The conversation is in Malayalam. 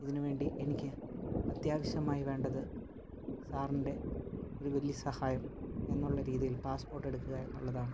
ഇതിന് വേണ്ടി എനിക്ക് അത്യാവശ്യമായി വേണ്ടത് സാറിൻ്റെ ഒരു വലിയ സഹായം എന്നുള്ള രീതിയിൽ പാസ്പോർട്ട് എടുക്കുക എന്നുള്ളതാണ്